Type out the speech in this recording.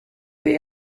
beth